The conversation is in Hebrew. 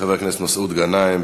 חבר הכנסת מסעוד גנאים,